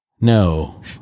no